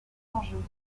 dangereux